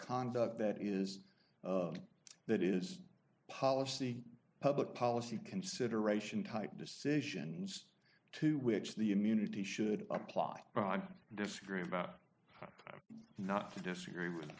conduct that is that is policy public policy consideration type decisions to which the immunity should apply broadly disagree about not to disagree with